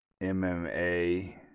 MMA